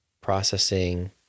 processing